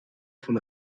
von